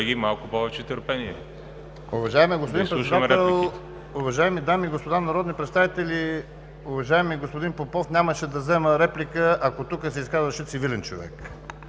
малко повече търпение,